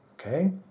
Okay